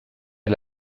est